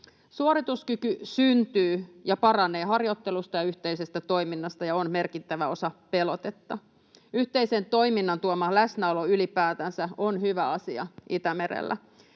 Suorituskyky syntyy ja paranee harjoittelusta ja yhteisestä toiminnasta ja on merkittävä osa pelotetta. Yhteisen toiminnan tuoma läsnäolo ylipäätänsä on hyvä asia Itämerellä,